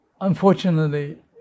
Unfortunately